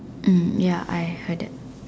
mm ya I heard that